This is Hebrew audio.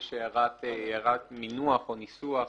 הערת מינוח או ניסוח.